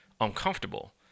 uncomfortable